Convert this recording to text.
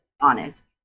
honest